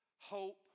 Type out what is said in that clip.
hope